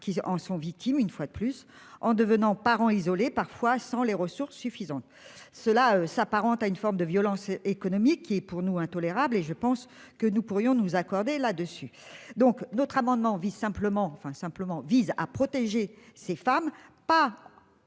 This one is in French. qui en sont victimes, une fois de plus, en devenant parents isolés, parfois sans les ressources suffisantes. Cela s'apparente à une forme de violence économique qui est pour nous intolérable et je pense que nous pourrions nous accorder là-dessus donc notre amendement vise simplement, enfin simplement vise